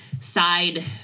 side